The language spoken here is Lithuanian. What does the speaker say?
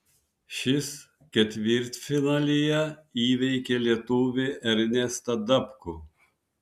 šis ketvirtfinalyje įveikė lietuvį ernestą dapkų